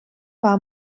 war